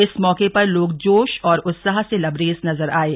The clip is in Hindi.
इस मौके पर लोग जोश और उत्साह से लबरेज नजर आये